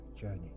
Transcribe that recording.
journey